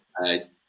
Nice